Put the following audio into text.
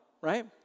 right